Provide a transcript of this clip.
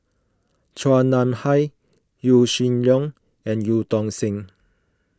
Chua Nam Hai Yaw Shin Leong and Eu Tong Sen